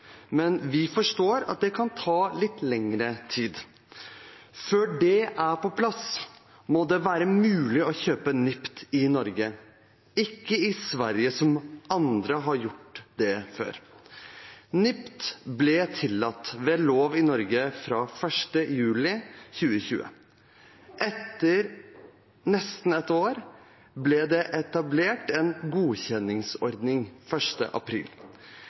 men vi forstår at det kan ta lengre tid. Før det er på plass, må det være mulig å kjøpe NIPT i Norge, ikke i Sverige som andre har gjort det før. NIPT ble tillatt ved lov i Norge fra 1. juli 2020. Etter nesten ett år ble det etablert en godkjenningsordning.